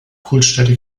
kultstätte